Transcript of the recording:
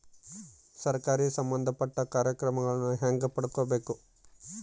ಸರಕಾರಿ ಸಂಬಂಧಪಟ್ಟ ಕಾರ್ಯಕ್ರಮಗಳನ್ನು ಹೆಂಗ ಪಡ್ಕೊಬೇಕು?